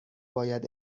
باید